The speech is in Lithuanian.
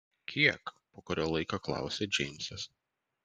kiek po kurio laiko klausia džeimsas